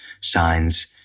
signs